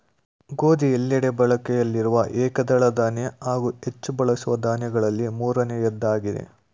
ಗೋಧಿ ಎಲ್ಲೆಡೆ ಬಳಕೆಯಲ್ಲಿರುವ ಏಕದಳ ಧಾನ್ಯ ಹಾಗೂ ಹೆಚ್ಚು ಬಳಸುವ ದಾನ್ಯಗಳಲ್ಲಿ ಮೂರನೆಯದ್ದಾಗಯ್ತೆ